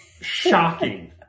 shocking